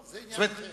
זה עניין אחר.